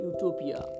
Utopia